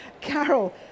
Carol